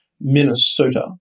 Minnesota